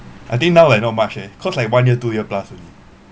I think now I know much eh cause like one year two year plus only